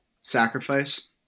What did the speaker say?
sacrifice